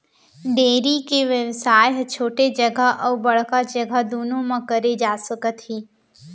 dairy के बेवसाय ह छोटे जघा अउ बड़का जघा दुनों म करे जा सकत हे